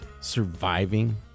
surviving